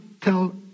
tell